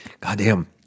Goddamn